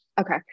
Okay